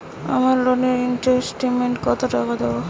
আমার লোনের ইনস্টলমেন্টৈ কত টাকা দিতে হবে?